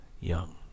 young